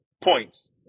points